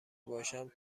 باشم